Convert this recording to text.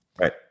Right